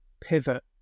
pivot